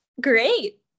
Great